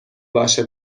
باشه